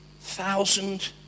thousand